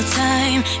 time